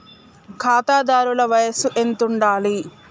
ఖాతాదారుల వయసు ఎంతుండాలి?